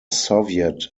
soviet